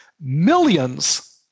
millions